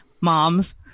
moms